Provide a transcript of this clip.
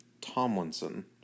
Tomlinson